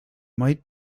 might